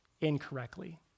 Incorrectly